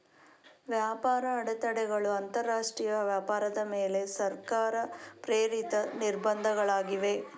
ವ್ಯಾಪಾರ ಅಡೆತಡೆಗಳು ಅಂತರಾಷ್ಟ್ರೀಯ ವ್ಯಾಪಾರದ ಮೇಲೆ ಸರ್ಕಾರ ಪ್ರೇರಿತ ನಿರ್ಬಂಧಗಳಾಗಿವೆ